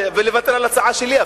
ולוותר על ההצעה שלי אפילו,